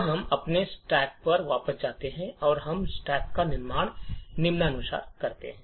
तो हम अपने स्टैक पर वापस जाते हैं और हम एक स्टैक का निर्माण निम्नानुसार करते हैं